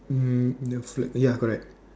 um in the flag ya correct